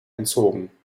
entzogen